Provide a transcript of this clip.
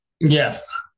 Yes